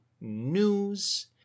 news